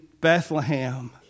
Bethlehem